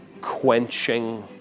quenching